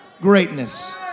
greatness